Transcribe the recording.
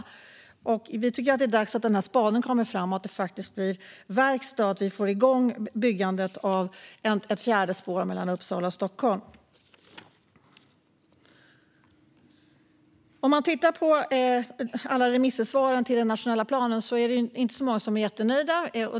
Moderaterna tycker att det är dags att spaden kommer fram så att det blir verkstad, och byggandet av ett fjärde spår mellan Uppsala och Stockholm kommer igång. I remissvaren till den nationella planen är det inte så många som är jättenöjda.